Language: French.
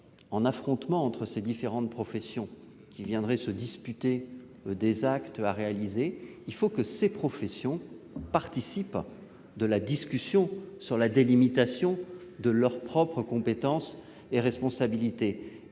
en affrontement entre ces différentes professions, qui viendraient se disputer les actes à réaliser. Dès lors, il faut que ces professions participent aux discussions sur la délimitation de leurs compétences et de leurs responsabilités.